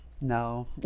No